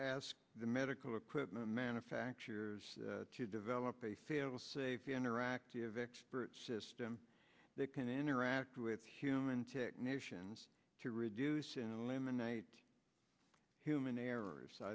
ask the medical equipment manufacturers to develop a fail safe interactive expert system that can interact with human technicians to reduce and eliminate human errors so